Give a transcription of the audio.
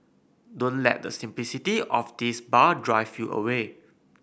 don't let the simplicity of this bar drive you away